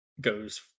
goes